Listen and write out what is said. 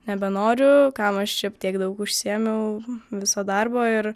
nebenoriu kam aš čia tiek daug užsiėmiau viso darbo ir